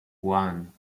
one